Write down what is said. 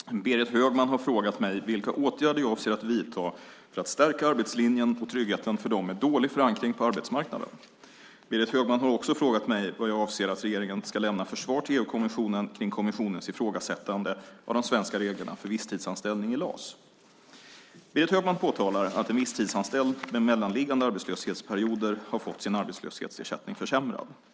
Fru talman! Berit Högman har frågat mig vilka åtgärder jag avser att vidta för att stärka arbetslinjen och tryggheten för dem med dålig förankring på arbetsmarknaden. Berit Högman har också frågat mig vad regeringen avser att lämna för svar till EU-kommissionen vad gäller kommissionens ifrågasättande av de svenska reglerna för visstidsanställning i LAS. Berit Högman påtalar att en visstidsanställd med mellanliggande arbetslöshetsperioder har fått sin arbetslöshetsersättning försämrad.